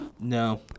No